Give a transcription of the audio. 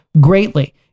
greatly